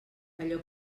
això